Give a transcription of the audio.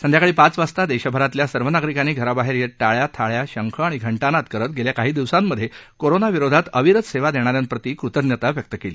संध्याकाळी पाच वाजता देशभरातल्या सर्व नागरिकांनी घराबाहेर येत टाळ्या थाळ्या शंख आणि घंटानाद करत गेल्या काही दिवसांमधे कोरोनाविरोधात अविरत सेवा देणा यांप्रति कृतज्ञता व्यक्त केली